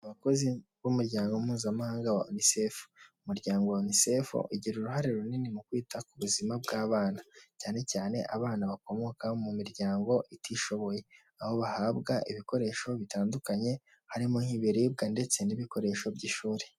Abakozi b'umuryango mpuzamahanga wa UNICEF, umuryango wa UNICEF ugira uruhare runini mu kwita ku buzima bw'abana, cyane cyane abana bakomoka mu miryango itishoboye, aho bahabwa ibikoresho bitandukanye, harimo; nk'ibiribwa, ndetse n'ibikoresho by'ishuri.